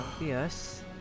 Yes